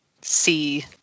see